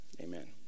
Amen